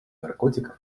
наркотиков